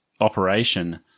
operation